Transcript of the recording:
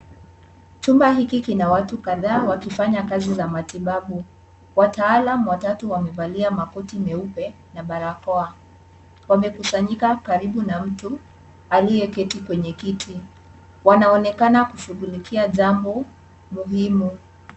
Chumba hiki kina watu kadhaa wakifanya kazi za matibabu. Wataalamu watatu wamevalia makoti meupe na barakao, wamekusanyika karibu na mtu aliyeketi kwenye kiti, wanaonekana kushughulikia jambo muhimu.